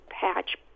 patch